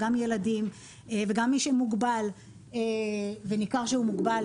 גם ילדים וגם מי שמוגבל וניכר שהוא מוגבל,